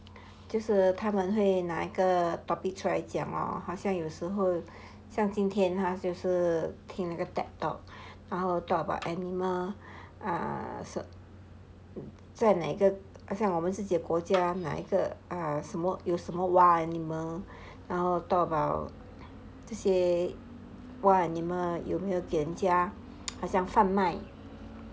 就是他们会拿一个 topic 出来讲 lor 好像有时候像今天他就是听那个 TED talk 然后 talk about animal 在哪个我们自己国家哪一个有什么 wild animal 然后 talk about 这些 wild animal 有没有店家好像犯卖